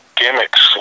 gimmicks